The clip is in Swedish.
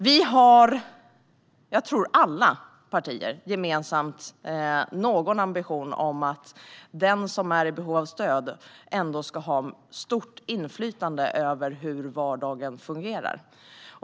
Vi har alla partier, tror jag, någon ambition om att den som är i behov av stöd ändå ska ha stort inflytande över hur vardagen fungerar.